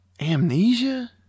amnesia